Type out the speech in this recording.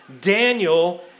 Daniel